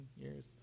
years